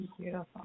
Beautiful